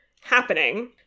Happening